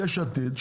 יש עתיד,